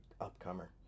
upcomer